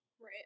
right